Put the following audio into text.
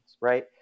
right